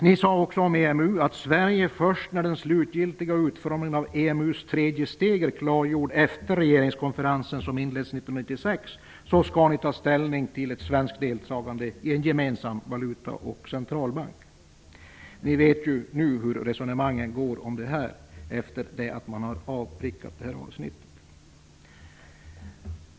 Ni sade också om EMU att Sverige först när den slutgiltiga utformningen av EMU:s tredje steg är klargjord efter den regeringskonferens som inleds 1996 skall ta ställning till ett svenskt deltagande i en gemensam valuta och en centralbank. Vi vet hur resonemangen nu går om detta, efter det att detta avsnitt har prickats av.